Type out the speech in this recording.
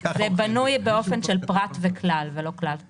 זה בנוי באופן של פרט וכלל, ולא כלל ופרט.